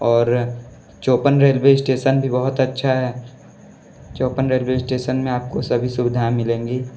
और Chopan railway station भी बहुत अच्छा है चोपन रेलवे इस्टेसन में आप को सभी सुविधाएँ मिलेंगी